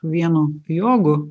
vienu jogu